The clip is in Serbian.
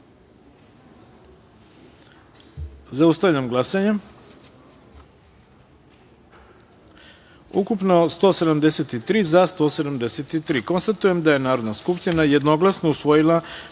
taster. Zaustavljam glasanje: Ukupno 173, za – 173.Konstatujem da je Narodna skupština jednoglasno usvojila